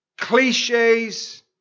cliches